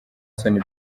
soni